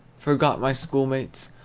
forgot my school-mates,